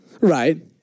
Right